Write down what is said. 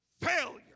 failure